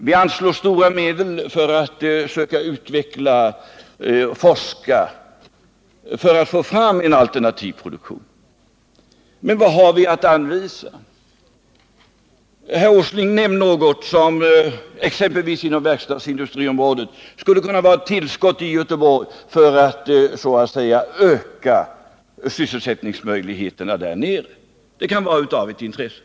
Vi anslår stora medel för att söka utveckla och forska fram en alternativ produktion. Men vad har vi att anvisa? Nämn något, Nils Åsling, exempelvis inom verkstadsindustriområdet som skulle kunna öka sysselsättningsmöjligheterna i Göteborg. Det vore av intresse.